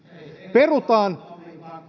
perutaan